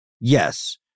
Yes